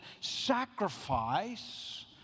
sacrifice